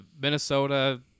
minnesota